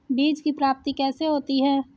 बीज की प्राप्ति कैसे होती है?